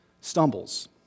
stumbles